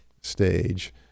stage